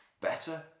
better